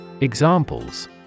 Examples